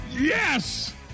Yes